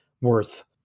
worth